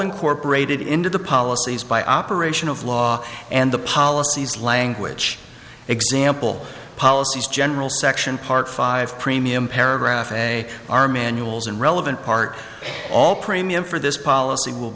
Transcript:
incorporated into the policies by operation of law and the policies language example policies general section part five premium paragraph a our manuals and relevant part all premium for this policy will